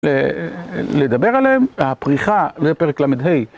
לדבר עליהם, הפריחה, זה פרק ל"ה.